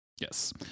Yes